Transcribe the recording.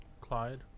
Clyde